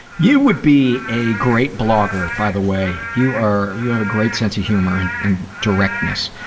you would be a great blogger by the way. you are you have a great sense of humor and and directness.